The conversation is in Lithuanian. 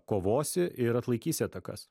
kovosi ir atlaikysi atakas